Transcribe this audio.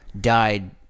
died